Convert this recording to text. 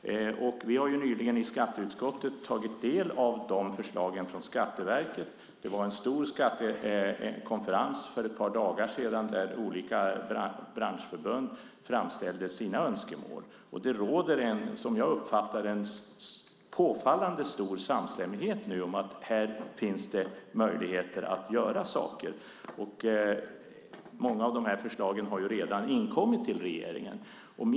Vi har nyligen i skatteutskottet tagit del av dessa förslag från Skatteverket. För ett par dagar sedan var det en stor skattekonferens där olika branschförbund framställde sina önskemål. Det råder nu, som jag uppfattar det, en påfallande stor samstämmighet om att här finns möjligheter att göra saker, och många av förslagen har redan inkommit till regeringen.